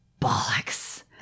bollocks